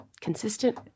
consistent